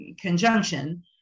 conjunction